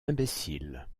imbécile